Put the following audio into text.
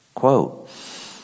Quote